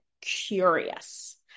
curious